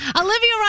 Olivia